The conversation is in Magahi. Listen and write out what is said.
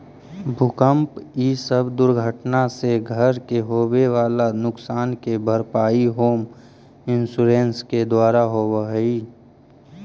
भूकंप इ सब दुर्घटना से घर के होवे वाला नुकसान के भरपाई होम इंश्योरेंस के द्वारा होवऽ हई